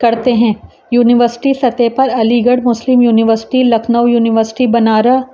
کرتے ہیں یونیورسٹی سطح پر Aligarh Muslim university Lucknow university بنارا